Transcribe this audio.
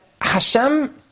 Hashem